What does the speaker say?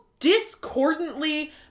discordantly